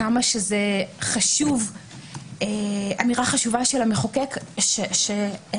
כמה שזו אמירה חשובה של המחוקק שנפגע